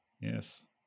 Yes